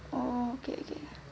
orh okay okay